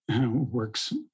works